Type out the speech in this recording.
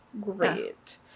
Great